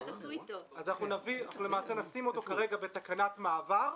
נשים אותו כרגע בתקנת מעבר,